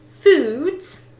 foods